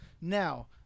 Now